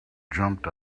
jumped